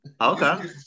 Okay